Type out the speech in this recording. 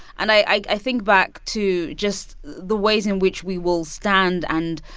and i think back to just the ways in which we will stand and,